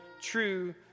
true